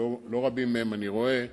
שלא רבים מהם אני רואה כאן,